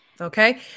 okay